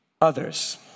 others